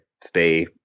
stay